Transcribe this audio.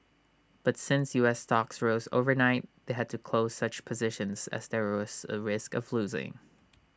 but since U S stocks rose overnight they had to close such positions as there was A risk of losing